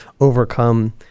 overcome